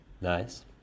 Nice